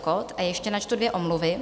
A ještě načtu dvě omluvy.